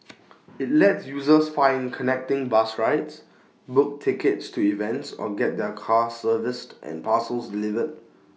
IT lets users find connecting bus rides book tickets to events or get their cars serviced and parcels delivered